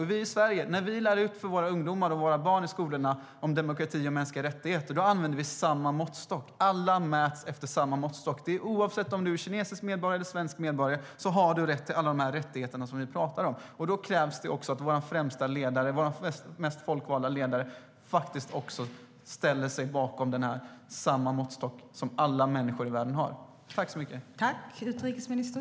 När vi i skolorna i Sverige lär våra ungdomar och barn om demokrati och mänskliga rättigheter använder vi samma måttstock. Alla mäts efter samma måttstock. Oavsett om du är kinesisk eller svensk medborgare ska du ha alla de rättigheter vi talar om. Då krävs det också att vår främsta ledare - vår folkvalda ledare - faktiskt ställer sig bakom den måttstock alla människor i världen mäts efter.